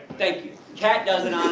thank you. cat does it on